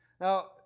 Now